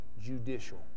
judicial